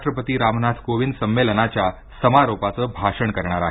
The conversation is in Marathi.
राष्ट्रपती रामनाथ कोविंद संमेलनाच्या समारोपाचं भाषण करणार आहेत